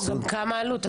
גם מה העלות.